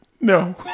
No